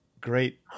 great